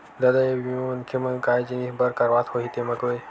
ददा ये बीमा मनखे मन काय जिनिय बर करवात होही तेमा गोय?